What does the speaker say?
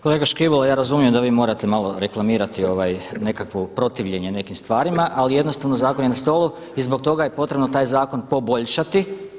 Kolega Škibola, ja razumijem da vi morate malo reklamirati nekakvo protivljenje nekim stvarima ali jednostavno zakon je na stolu i zbog toga je potrebno taj zakon poboljšati.